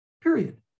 Period